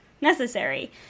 necessary